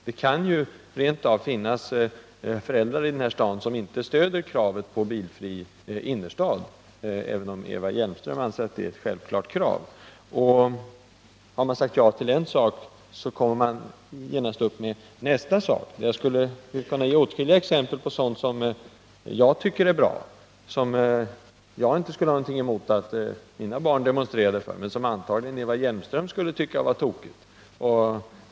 Det kan rent av finnas föräldrar i den här staden som inte stöder kravet på bilfri innerstad, även om Eva Hjelmström anser att det är ett självklart krav. Har man sagt ja till en sak så kommer genast nästa. Jag skulle kunna ge åtskilliga exempel på sådant som jag tycker är bra och som jag inte skulle ha någonting emot att mina barn demonstrerade för, men som antagligen Eva Hjelmström skulle tycka vara tokigt.